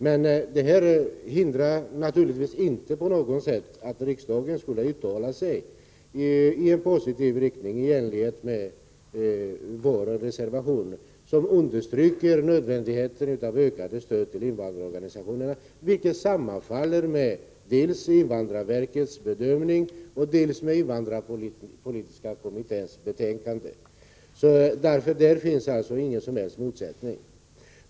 Men det hindrar naturligtvis inte på något sätt riksdagen från att uttala sig i positiv riktning, i enlighet med vår reservation, där vi understryker nödvändigheten av ett ökat stöd till invandrarorganisationerna. Detta överensstämmer med dels invandrarverkets bedömning, dels invandrarpolitiska kommitténs betänkande. Här finns det alltså ingen som helst motsättning.